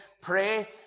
pray